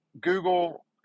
Google